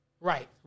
Right